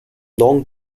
long